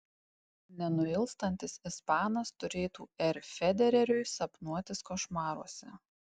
nenuilstantis ispanas turėtų r federeriui sapnuotis košmaruose